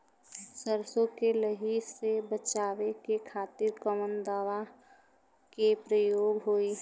सरसो के लही से बचावे के खातिर कवन दवा के प्रयोग होई?